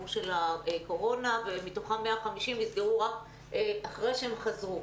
הקורונה ומתוכם 150 נסגרו אחרי שהם חזרו.